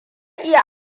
iya